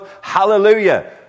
Hallelujah